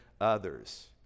others